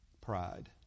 Pride